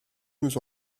nous